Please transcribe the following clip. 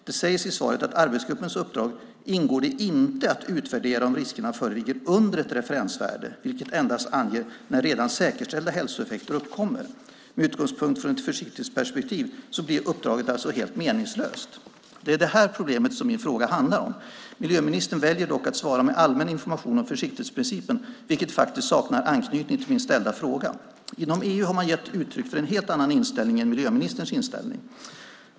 Det sägs i svaret att det i arbetsgruppens uppdrag inte ingår att utvärdera om riskerna föreligger under ett referensvärde - vilket endast anger när redan säkerställda hälsoeffekter uppkommer. Med utgångspunkt i ett försiktighetsperspektiv blir uppdraget alltså helt meningslöst. Det är detta problem min fråga handlar om. Miljöministern väljer dock att svara med allmän information om försiktighetsprincipen, vilket saknar anknytning till min ställda fråga. Inom EU har man gett uttryck för en helt annan inställning än miljöministerns.